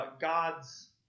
God's